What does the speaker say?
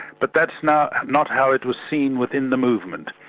but that's not not how it was seen within the movement.